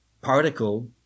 particle